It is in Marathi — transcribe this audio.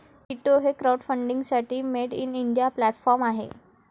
कीटो हे क्राउडफंडिंगसाठी मेड इन इंडिया प्लॅटफॉर्म आहे